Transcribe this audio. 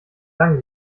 lange